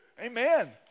Amen